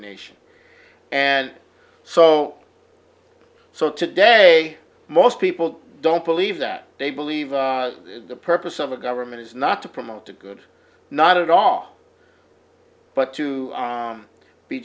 nation and so so today most people don't believe that they believe that the purpose of a government is not to promote the good not at all but to